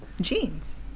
Jeans